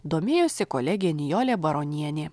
domėjosi kolegė nijolė baronienė